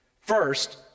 First